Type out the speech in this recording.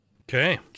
Okay